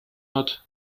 not